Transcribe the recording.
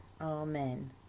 Amen